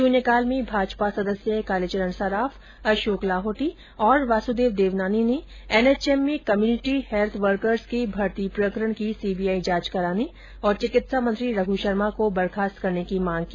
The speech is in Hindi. शुन्यकाल में भाजपा सदस्य कालीचरण सराफ अषोक लाहौटी और वासुदेव देवनानी ने एनएचएम में कंम्यूनिटी हैल्थ वर्कर्स के भर्ती प्रकरण की सीबीआई जांच कराने और चिकित्सा मंत्री रघु शर्मा को बर्खास्त करने की मांग की